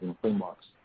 frameworks